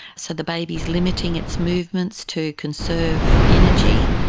so the baby is limiting its movements to conserve energy,